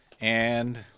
and-